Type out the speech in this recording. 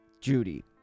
judy